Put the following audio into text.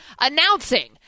announcing